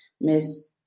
Miss